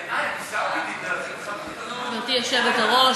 גברתי היושבת-ראש,